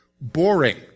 boring